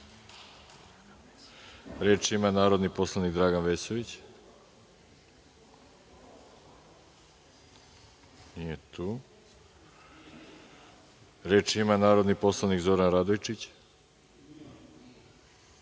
ima narodni poslanik Dragan Vesović. (Nije tu.)Reč ima narodni poslanik Zoran Radojčić. (Nije